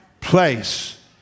place